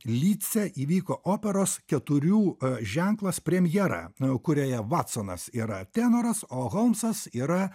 lyce įvyko operos keturių ženklas premjera kurioje vatsonas yra tenoras o holmsas yra